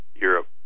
Europe